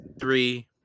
Three